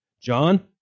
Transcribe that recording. John